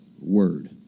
word